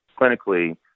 clinically